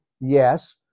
yes